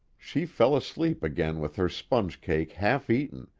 she fell asleep again with her sponge cake half eaten,